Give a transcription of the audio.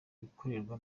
ibikorerwa